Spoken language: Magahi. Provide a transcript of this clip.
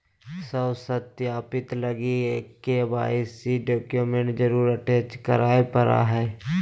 स्व सत्यापित लगी के.वाई.सी डॉक्यूमेंट जरुर अटेच कराय परा हइ